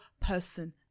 person